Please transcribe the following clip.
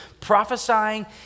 prophesying